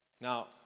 Now